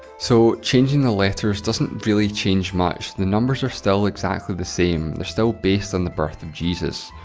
so, changing the letters doesn't really change much, the numbers are still exactly the same, they're still based on the birth of jesus,